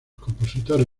compositores